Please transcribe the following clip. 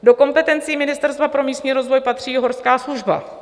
Do kompetencí Ministerstva pro místní rozvoj patří i Horská služba.